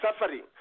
suffering